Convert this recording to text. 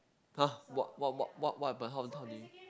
!huh! what what what what what happen how did how did you